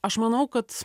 aš manau kad